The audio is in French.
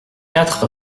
quatre